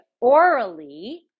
orally